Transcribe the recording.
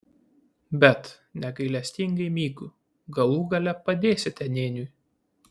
bet negailestingai mygu galų gale padėsite nėniui